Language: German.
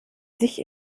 sich